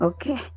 Okay